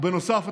ובנוסף,